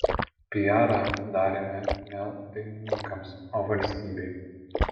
piarą darėme ne dainininkams o valstybei